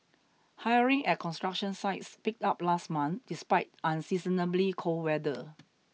hiring at construction sites picked up last month despite unseasonably cold weather